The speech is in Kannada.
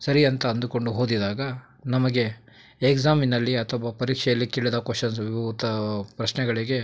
ಸರಿ ಅಂತ ಅಂದುಕೊಂಡು ಓದಿದಾಗ ನಮಗೆ ಎಗ್ಸಾಮಿನಲ್ಲಿ ಅಥವಾ ಪರೀಕ್ಷೆಯಲ್ಲಿ ಕೇಳಿದ ಕ್ವೆಶ್ಚನ್ಸುಗೂ ಉತ್ತ ಪ್ರಶ್ನೆಗಳಿಗೆ